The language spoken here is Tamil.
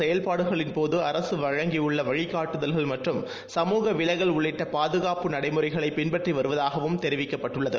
செயல்பாடுகளின்போது அரசு வழங்கியுள்ள விமானப்படை தனது வழிகாட்டுதல்கள் மற்றும் சமூக விலகல் உள்ளிட்ட பாதுகாப்பு நடைமுறைகளைப் பின்பற்றி வருவதாகவும் தெரிவிக்கப்பட்டுள்ளது